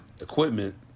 Equipment